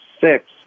six